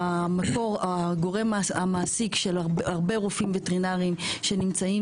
הגורם המעסיק של הרבה רופאים וטרינרים שנמצאים